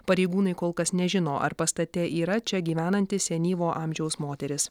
pareigūnai kol kas nežino ar pastate yra čia gyvenanti senyvo amžiaus moteris